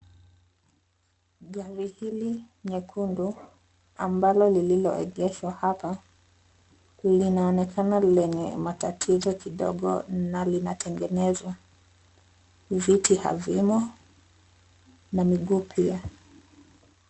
Gari hili nyekundu ambalo lililoegeshwa hapa linaonekana lenye matatizo kidogo na linatengenezwa. Viti havimo na miguu pia.